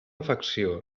afecció